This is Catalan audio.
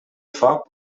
foc